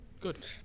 Good